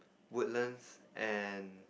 Woodlands and